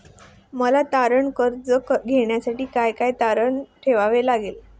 मला तारण कर्ज घेण्यासाठी काय तारण ठेवावे लागेल?